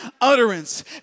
utterance